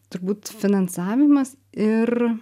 turbūt finansavimas ir